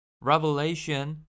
Revelation